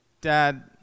Dad